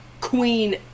queen